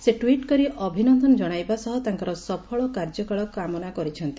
ସେ ଟ୍ୱିଟ୍ କରି ଅଭିନନ୍ଦନ ଜଣାଇବା ସହ ତାଙ୍କର ସଫଳ କାର୍ଯ୍ୟକାଳ କାମନା କରିଛନ୍ତି